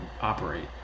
operate